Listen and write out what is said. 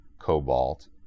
cobalt